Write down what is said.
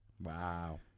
Wow